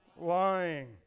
Lying